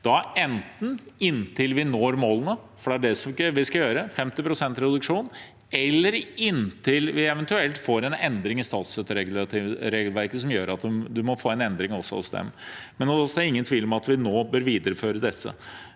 inntil vi når målene – for det er det vi skal gjøre: 50 pst. reduksjon – eller inntil vi eventuelt får en endring i statsstøtteregelverket som gjør at man må få en endring også hos dem. Men det er ingen tvil om at vi nå må videreføre dette.